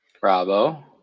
Bravo